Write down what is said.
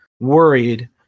worried